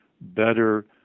better